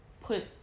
put